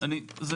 זה